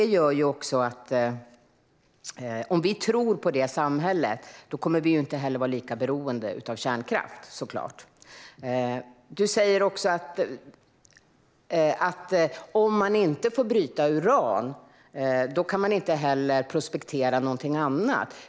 Om vi tror på det samhället kommer vi såklart inte heller att vara lika beroende av kärnkraft. Du säger att om man inte får bryta uran kan man inte heller prospektera någonting annat.